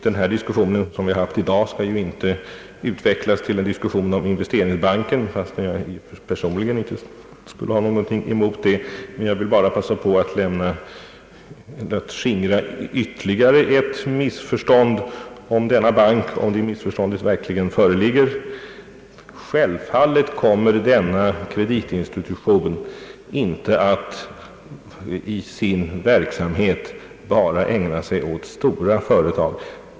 Den diskussion som vi haft i dag skall ju inte utvecklas till en diskussion om investeringsbanken — fastän jag personligen inte skulle ha någonting emot detta — men jag vill passa på att skingra ytterligare ett missförstånd när det gäller denna bank, om ett sådant missförstånd föreligger. Självfallet kommer denna kreditinstitution inte att i sin verksamhet bara ägna sig åt stora företag.